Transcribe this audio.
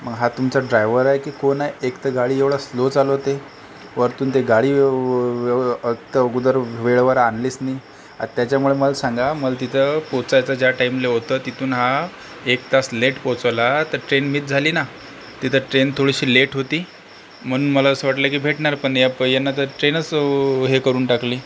मग हा तुमचा ड्रायवर आहे की कोण आहे एकतर गाडी एवढा स्लो चालवते वरतून ते गाडी अगोदर वेळेवर आणलीच नाही आ त्याच्यामुळं मला सांगा मला तिथं पोचायचं ज्या टाईमले होतं तिथून हा एक तास लेट पोचवला तर ट्रेन मिस झाली ना तिथं ट्रेन थोडीशी लेट होती म्हणून मला असं वाटलं की भेटणार पण या प यांना तर ट्रेनच हे करून टाकली